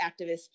activists